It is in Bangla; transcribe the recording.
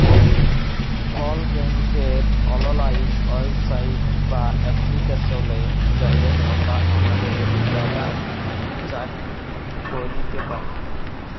কল ব্যাংকের অললাইল ওয়েবসাইট বা এপ্লিকেশলে যাঁয়ে আমরা আমাদের ব্যাল্যাল্স চ্যাক ক্যইরতে পারি